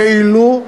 כאילו,